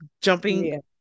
jumping